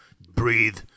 breathe